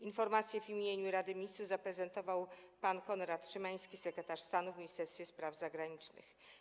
Informację w imieniu Rady Ministrów zaprezentował pan Konrad Szymański, sekretarz stanu w Ministerstwie Spraw Zagranicznych.